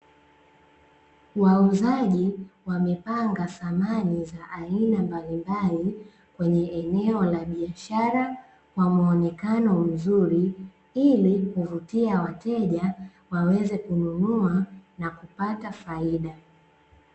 Wauzaji wamepanga samani za aina mbalimbali kwenye eneo la biashara kwa muonekano mzuri, ili kuvutia wateja waweze kununua na kupata faida.